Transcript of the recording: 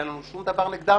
אין לנו שום דבר נגדם,